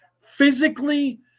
physically